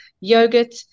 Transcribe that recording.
yogurt